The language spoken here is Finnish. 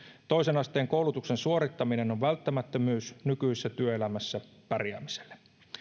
toisen asteen koulutuksen suorittaminen on välttämättömyys nykyisessä työelämässä pärjäämiselle